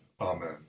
Amen